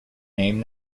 name